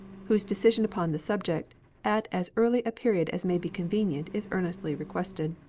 whose decision upon the subject at as early a period as may be convenient is earnestly requested.